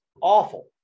awful